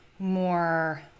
more